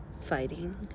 fighting